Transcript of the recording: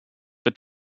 the